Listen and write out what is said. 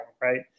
right